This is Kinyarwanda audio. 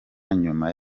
nyuma